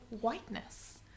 whiteness